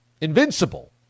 invincible